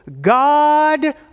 God